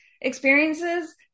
experiences